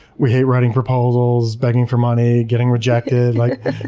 we hate writing proposals, begging for money, getting rejected. like